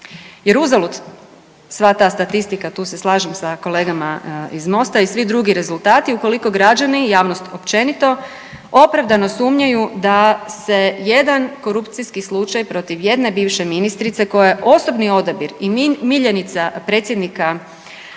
Jer uzalud sva ta statistika tu se slažem sa kolegama iz MOST-a i svi drugi rezultati ukoliko građani, javnost općenito opravdano sumnjaju da se jedan korupcijski slučaj protiv jedne bivše ministrice koja je osobni odabir i miljenica predsjednika